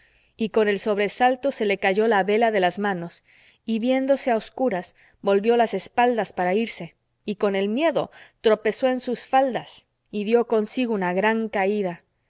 y con el sobresalto se le cayó la vela de las manos y viéndose a escuras volvió las espaldas para irse y con el miedo tropezó en sus faldas y dio consigo una gran caída